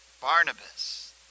Barnabas